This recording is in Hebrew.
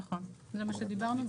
נכון, זה מה שדיברנו.